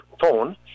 phone